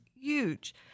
huge